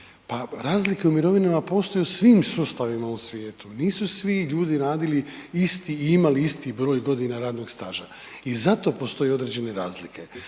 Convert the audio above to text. Pa razlike u mirovinama postoje u svim sustavima u svijetu. Nisu svi ljudi radili isti i imali isti broj godina radnog staža. I zato postoje određene razlike.